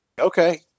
okay